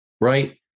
right